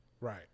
right